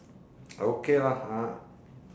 okay lah ah